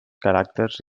caràcters